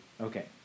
okay